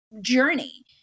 journey